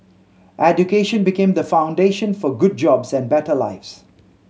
education became the foundation for good jobs and better lives